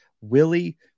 Willie